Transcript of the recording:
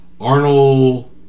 Arnold